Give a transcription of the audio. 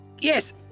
Yes